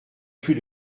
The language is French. plus